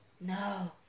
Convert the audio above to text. No